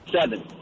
Seven